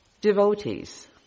devotees